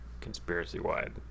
conspiracy-wide